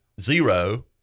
zero